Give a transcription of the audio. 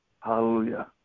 hallelujah